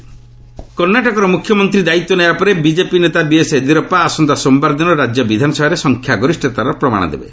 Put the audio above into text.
କଣ୍ଣୋଟକ ୟେଦ୍ରରପ୍ପା କର୍ଷ୍ଣାଟକର ମୁଖ୍ୟମନ୍ତ୍ରୀ ଦାୟିତ୍ୱ ନେବାପରେ ବିଜେପି ନେତା ବିଏସ୍ ୟେଦୁରପ୍ତା ଆସନ୍ତା ସୋମବାର ଦିନ ରାଜ୍ୟ ବିଧାନସଭାରେ ସଂଖ୍ୟାଗରିଷତାର ପ୍ରମାଣ ଦେବେ